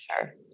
Sure